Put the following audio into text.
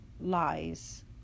lies